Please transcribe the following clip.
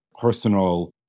personal